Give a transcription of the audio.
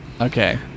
Okay